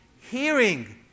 hearing